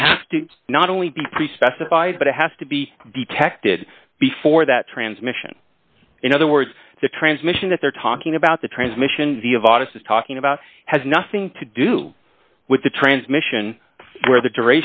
it has to not only be pre specified but it has to be detected before that transmission in other words the transmission that they're talking about the transmission via of august is talking about has nothing to do with the transmission whe